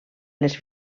les